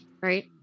right